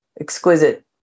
exquisite